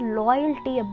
loyalty